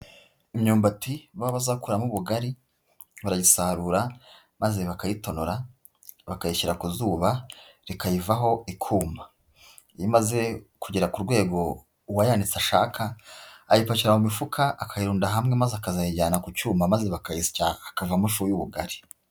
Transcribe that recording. Imyumbati baba bazakuramo ubugari barayisarura maze bakayitonora bakayishyira ku zuba rikayivaho ikuma. Iyo imaze kugera ku rwego uwayanitse ashaka, ayipakira mu mifuka akayirunda hamwe maze akazayijyana ku cyuma maze bakayisya hakavamo ifu y'ubugari.